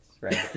right